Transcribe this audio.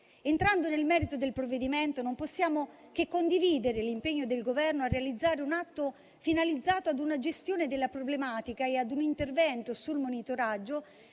Entrando nel merito del provvedimento, non possiamo che condividere l'impegno del Governo a realizzare un atto finalizzato ad una gestione della problematica e ad un intervento sul monitoraggio